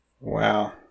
Wow